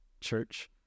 church